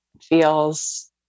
feels